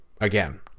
again